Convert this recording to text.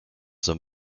some